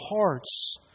hearts